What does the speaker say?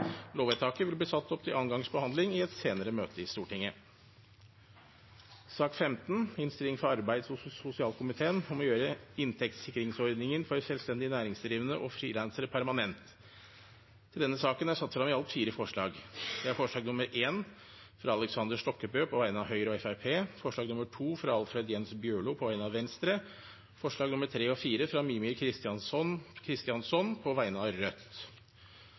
Lovvedtaket vil bli satt opp til annen gangs behandling i et senere møte i Stortinget. Under debatten er det satt frem i alt fire forslag. Det er forslag nr. 1, fra Aleksander Stokkebø på vegne av Høyre og Fremskrittspartiet forslag nr. 2, fra Alfred Jens Bjørlo på vegne av Venstre forslagene nr. 3 og 4, fra Mímir Kristjánsson på vegne av Rødt